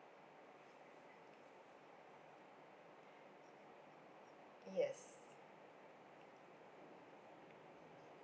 yes